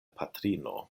patrino